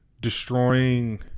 destroying